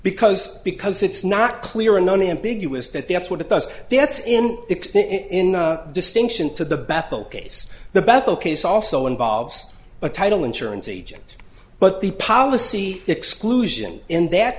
because because it's not clear and unambiguous that that's what it does that's in it in distinction to the battle case the battle case also involves a title insurance agent but the policy exclusion in that